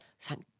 thank